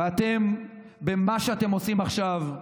ואתם, במה שאתם עושים עכשיו,